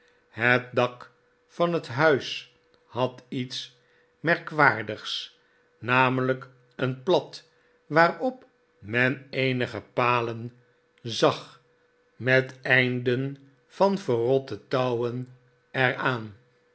het dak van het huis had iets merkwaardigs namelijk een plat waarop men eenige palen zag met einden van verrotte touwen er